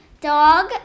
dog